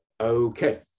Okay